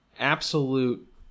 absolute